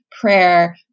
prayer